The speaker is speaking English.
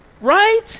Right